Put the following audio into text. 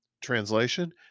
Translation